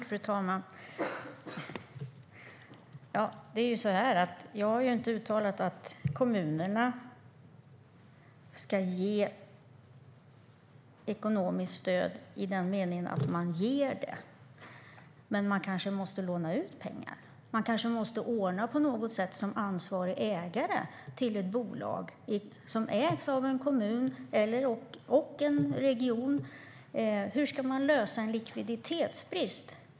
Fru talman! Jag har inte uttalat att kommunerna ska ge ekonomiskt stöd i den meningen att de faktiskt ger det, men de kanske måste låna ut pengar. Som ansvarig ägare till ett bolag måste kanske en kommun eller region kunna lösa en likviditetsbrist.